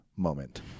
moment